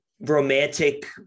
romantic